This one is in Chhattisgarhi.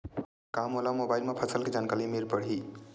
का मोला मोबाइल म फसल के जानकारी मिल पढ़ही?